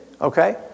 okay